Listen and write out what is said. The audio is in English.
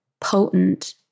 potent